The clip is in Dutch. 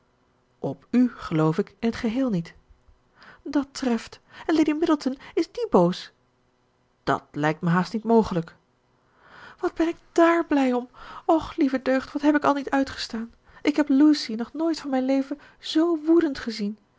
op u geloof ik in t geheel niet dat treft en lady middleton is die boos dat lijkt mij haast niet mogelijk wat ben ik dààr blij om och lieve deugd wat heb ik al niet uitgestaan ik heb lucy nog nooit van mijn leven z woedend gezien